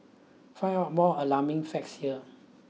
find out more alarming facts here